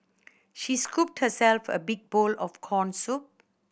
she scooped herself a big bowl of corn soup